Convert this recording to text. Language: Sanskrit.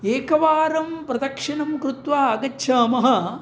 एकवारं प्रदक्षिणां कृत्वा आगच्छामः